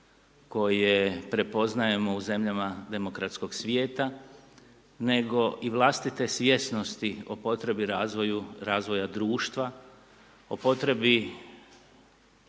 koje prepoznajemo u zemljama demokratskog svijeta, nego i vlastite svjesnosti o potrebi razvoja društva, o potrebi